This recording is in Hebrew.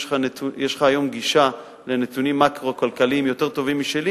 יש לך היום גישה לנתונים מקרו-כלכליים יותר טובה משלי,